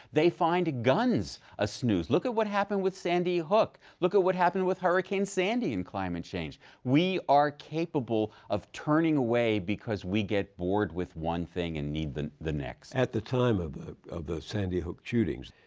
they find guns a snooze. look at what happened with sandy hook. look at what happened with hurricane sandy and climate change. we are capable of turning away because we get bored with one thing and need the the next. bill moyers at the time of ah of the sandy hook shootings,